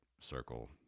circle